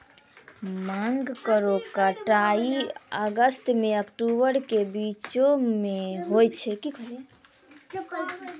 भांग केरो कटाई अगस्त सें अक्टूबर के बीचो म होय छै